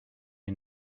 you